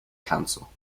council